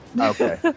Okay